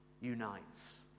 unites